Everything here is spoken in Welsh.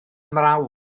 mrawd